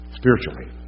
spiritually